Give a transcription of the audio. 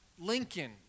Lincoln